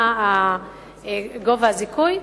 מה גובה הזיכוי,